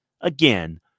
again